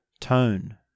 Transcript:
tone